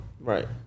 right